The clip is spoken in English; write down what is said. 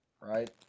right